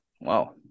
Wow